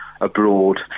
Abroad